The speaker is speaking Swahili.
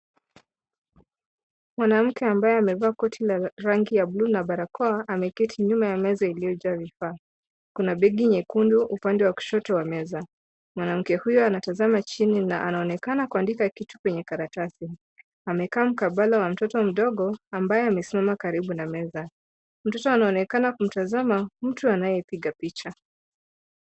Mwanamke ambaye amevaa koti la rangi ya blue na barakoa ameketi nyuma ya meza iliyojaa vifaa. Kuna begi nyekundu upande wa kushoto wa meza. Mwanamke huyo anatazama chini na anaonekana kuandika kitu kwenye karatasi. Amekaa mkabala wa mtoto mdogo ambaye amesimama karibu na meza. Mtoto anaonekana kumtazama mtu anayepiga picha.